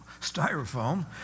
styrofoam